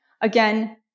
again